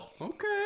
Okay